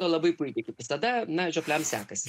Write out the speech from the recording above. labai puikiai kaip visada na žiopliam sekasi